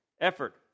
effort